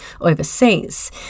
overseas